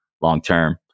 long-term